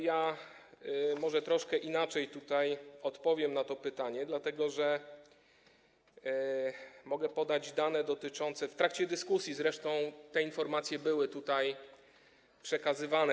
Ja może troszkę inaczej odpowiem na to pytanie, dlatego że mogę podać dane dotyczące... w trakcie dyskusji zresztą te informacje były tutaj przekazywane.